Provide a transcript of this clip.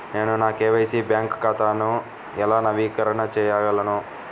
నేను నా KYC bank ఖాతాను ఎలా నవీకరణ చేయగలను?